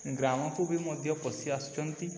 ଗ୍ରାମକୁ ବି ମଧ୍ୟ ପଶି ଆସୁଛନ୍ତି